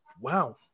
wow